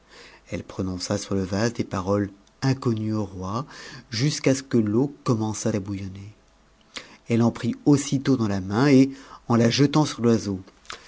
elle prononça sur le vase des paroles inconnues au roi jusqu'à ce que l'eau commençât à bouillonner elle en put aussitôt dans la main et en la jetant sur l'oiseau